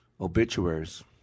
obituaries